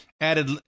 added